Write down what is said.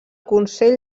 consell